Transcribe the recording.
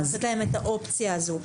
לתת להם את האופציה הזו.